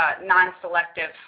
non-selective